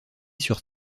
sur